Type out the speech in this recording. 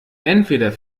entweder